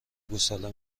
گوساله